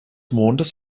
mondes